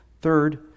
Third